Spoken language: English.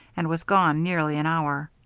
and was gone nearly an hour.